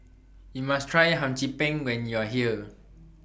YOU must Try Hum Chim Peng when YOU Are here